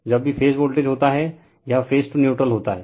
जब भी phase voltage होता है यह फेज टू न्यूट्रल होता है